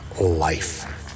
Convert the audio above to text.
life